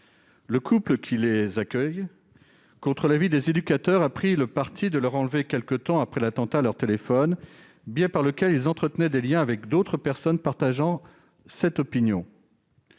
Le couple qui les accueille a pris le parti, contre l'avis des éducateurs, de leur enlever quelque temps après l'attentat leurs téléphones, grâce auxquels ils entretenaient des liens avec d'autres personnes partageant cette opinion.